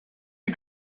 que